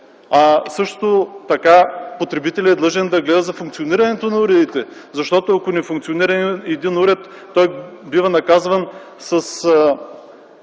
Също така потребителят е длъжен да гледа за функционирането на уредите, защото ако не функционира един уред, той бива наказван с